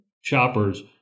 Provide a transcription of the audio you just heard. shoppers